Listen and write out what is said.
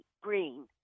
Green